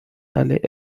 d’aller